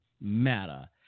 Matter